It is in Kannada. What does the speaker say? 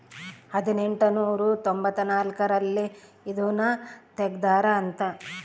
ಹದಿನೆಂಟನೂರ ತೊಂಭತ್ತ ನಾಲ್ಕ್ ರಲ್ಲಿ ಇದುನ ತೆಗ್ದಾರ ಅಂತ